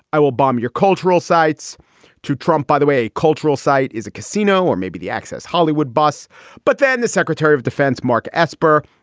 i will bomb your cultural sites to trump. by the way, a cultural site is a casino, or maybe the access hollywood bus but then the secretary of defense, mark esper,